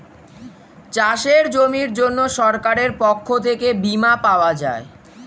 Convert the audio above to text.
চাষের জমির জন্য সরকারের পক্ষ থেকে বীমা পাওয়া যায়